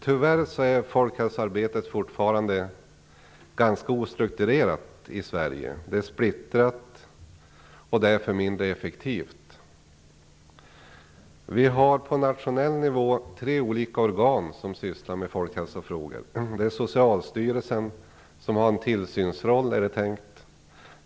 Tyvärr är folkhälsoarbetet fortfarande ganska ostrukturerat i Sverige. Det är splittrat och därför mindre effektivt. Vi har på nationell nivå tre olika organ som sysslar med folkhälsofrågor. Det är Socialstyrelsen, som är tänkt att ha en tillsynsroll.